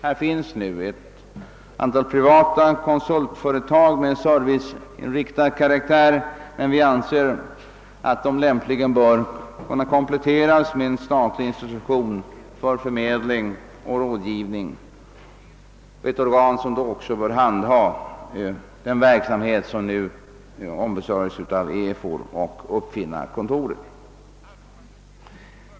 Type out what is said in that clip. Här finns nu privata konsultföretag av serviceinriktad karaktär, men vi anser att de lämpligen bör kunna kompletteras med en statlig institution för förmedling och rådgivning — ett organ som då också bör handha den verksamhet, som nu ombesörjes av EFOR och Uppfinnarkontoret.